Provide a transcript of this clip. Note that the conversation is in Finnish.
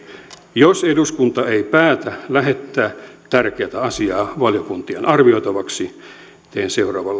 jos eduskunta ei päätä lähettää tärkeätä asiaa valiokuntien arvioitavaksi teen seuraavan